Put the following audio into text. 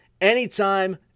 anytime